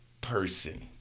person